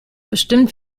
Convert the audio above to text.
bestimmt